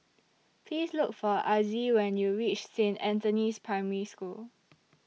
Please Look For Azzie when YOU REACH Saint Anthony's Primary School